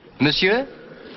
Monsieur